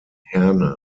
herne